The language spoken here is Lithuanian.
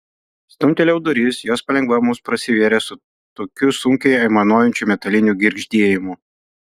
stumtelėjau duris jos palengva mums prasivėrė su tokiu sunkiai aimanuojančiu metaliniu girgždėjimu